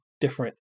different